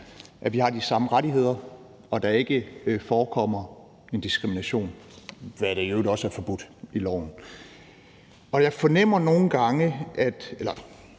at vi har de samme rettigheder, og at der ikke forekommer en diskrimination, hvad for øvrigt også er forbudt i loven. Jeg fornemmer nogle gange, eller